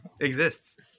exists